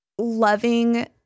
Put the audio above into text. loving